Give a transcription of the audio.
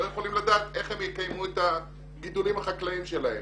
לא יכולים לדעת איך הם יקיימו את הגידולים החקלאיים שלהם.